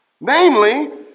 Namely